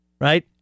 Right